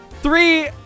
Three